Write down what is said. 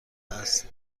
است